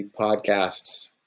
podcasts